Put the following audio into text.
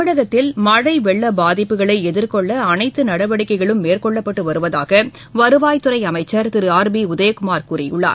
தமிழகத்தில் மழை வெள்ள பாதிப்புகளை எதிர்கொள்ள அனைத்து நடவடிக்கைகளும் மேற்கொள்ளப்பட்டு வருவதாக வருவாய்த் துறை அமைச்சர் திரு ஆர் பி உதயகுமார் கூறியுள்ளார்